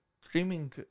streaming